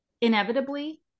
inevitably